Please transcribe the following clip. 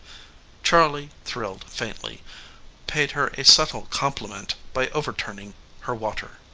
charley thrilled faintly paid her a subtle compliment by overturning her water.